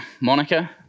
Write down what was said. Monica